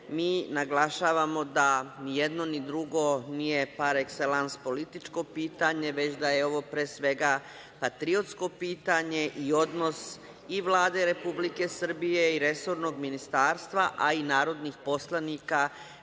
mi naglašavamo da nijedno ni drugo nije par ekselans političko pitanje, već da je ovo pre svega, patriotsko pitanje i odnos i Vlade Republike Srbije i resornog ministarstva, a i narodnih poslanika